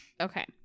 okay